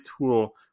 tool